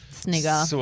Snigger